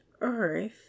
earth